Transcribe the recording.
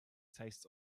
tastes